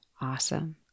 awesome